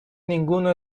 ninguno